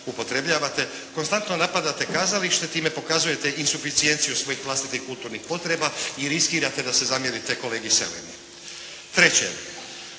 upotrebljavate, konstantno napadate kazalište, time pokazujete isufincijenciju svojih vlastitih kulturnih potreba i riskirate da se zamjerite kolegi Selemu. Treće,